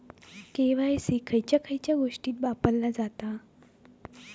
KYC खयच्या खयच्या गोष्टीत वापरला जाता?